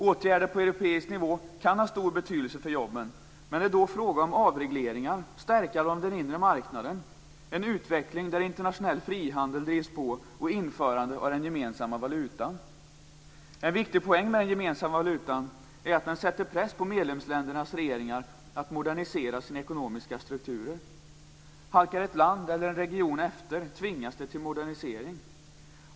Åtgärder på europeisk nivå kan ha stor betydelse för jobben, men det är då fråga om avregleringar, stärkande av den inre marknaden, en utveckling där internationell frihandel drivs på och om införande av den gemensamma valutan. En viktig poäng med den gemensamma valutan är att den sätter press på medlemsländernas regeringar att modernisera sina ekonomiska strukturer. Om ett land eller en region halkar efter tvingas det till modernisering.